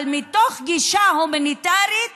אבל מתוך גישה הומניטרית